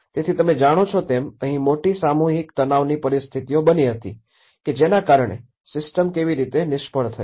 તેથી તમે જાણો છો તેમ અહીં મોટી સામૂહિક તનાવની પરિસ્થિતિઓ બની હતી કે જેના કારણે સિસ્ટમ કેવી રીતે નિષ્ફળ થઈ